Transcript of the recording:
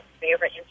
favorite